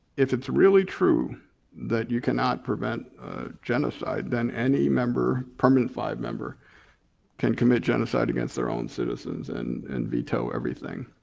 if it's really true that you cannot prevent genocide then any member, permanent five member can commit genocide against their own citizens and and veto everything.